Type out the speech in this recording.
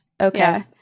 Okay